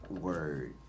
Word